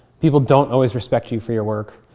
people don't always respect you for your work,